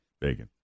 bacon